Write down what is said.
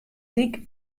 dyk